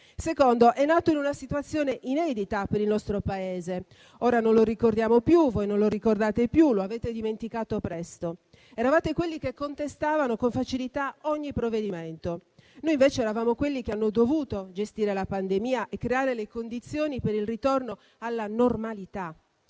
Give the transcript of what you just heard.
È nato inoltre in una situazione inedita per il nostro Paese. Ora non lo ricordiamo più, voi non lo ricordate più, lo avete dimenticato presto; eravate quelli che contestavano con facilità ogni provvedimento. Noi invece eravamo quelli che hanno dovuto gestire la pandemia e creare le condizioni per il ritorno alla normalità.